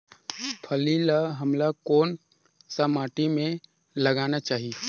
फल्ली ल हमला कौन सा माटी मे लगाना चाही?